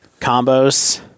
combos